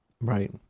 Right